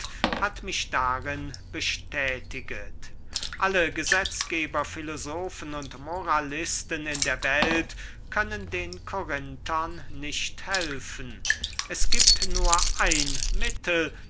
hat mich darin bestätiget alle gesetzgeber filosofen und moralisten in der welt können den korinthern nicht helfen es giebt nur ein mittel